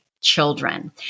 children